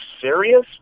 serious